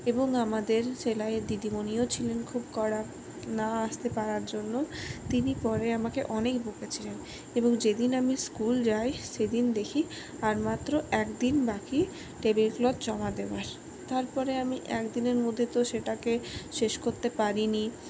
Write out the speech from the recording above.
এবং আমাদের সেলাইয়ের দিদিমণিও ছিলেন খুব কড়া না আসতে পারার জন্য তিনি পরে আমাকে অনেক বকেছিলেন এবং যেদিন আমি স্কুল যাই সেদিন দেখি আর মাত্র একদিন বাকি টেবিলক্লথ জমা দেওয়ার তারপরে আমি একদিনের মধ্যে তো সেটাকে শেষ করতে পারিনি